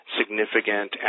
significant